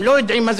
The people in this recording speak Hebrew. שיקולי רייטינג.